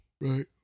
Right